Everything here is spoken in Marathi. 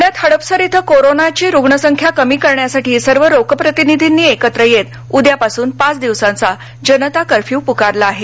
पुण्यात हडपसर क्विं कोरोनाची रुग्णसंख्या कमी करण्यासाठी सर्व लोकप्रतिनिधींनी एकत्र येत उद्यापासून पाच दिवसांचा जनता कर्फ्यू पुकारला आहे